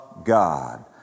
God